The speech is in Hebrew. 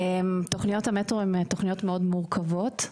תוכניות המטרו הן תוכניות מאוד מורכבות.